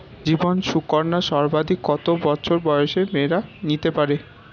জীবন সুকন্যা সর্বাধিক কত বছর বয়সের মেয়েরা নিতে পারে?